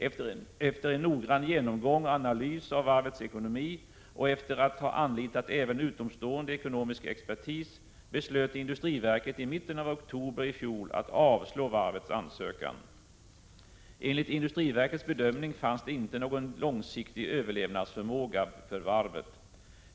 Efter en noggrann genomgång och analys av varvets ekonomi och efter att ha anlitat även utomstående ekonomisk expertis beslöt industriverket i mitten av oktober i fjol att avslå varvets ansökan. Enligt industriverkets bedömning fanns det inte någon långsiktig överlevnadsförmåga för varvet.